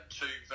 two